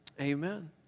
Amen